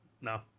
No